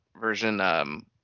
version –